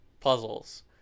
puzzles